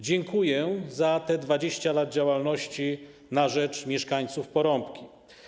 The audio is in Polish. Dziękuję za te 20 lat działalności na rzecz mieszkańców Porąbki.